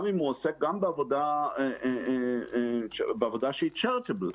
גם אם הוא עוסק בעבודת שהיא charitable...